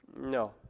No